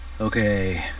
Okay